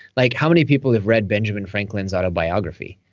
like how many people have read benjamin franklin's autobiography.